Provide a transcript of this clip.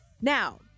Now